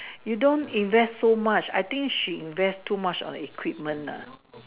you don't invest so much I think she invest too much on equipment ah